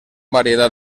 variedad